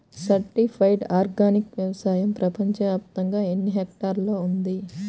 Certified organic వ్యవసాయం ప్రపంచ వ్యాప్తముగా ఎన్నిహెక్టర్లలో ఉంది?